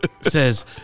says